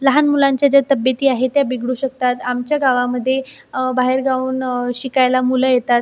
लहान मुलांच्या ज्या तब्येती आहे त्या बिघडू शकतात आमच्या गावामध्ये बाहेर गावाहून शिकायला मुलं येतात